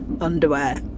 underwear